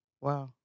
wow